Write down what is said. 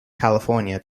california